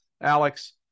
Alex